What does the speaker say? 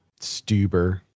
Stuber